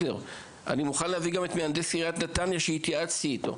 אני מוכן להביא גם את מהנדס עיריית נתניה שהתייעצתי איתו.